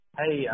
hey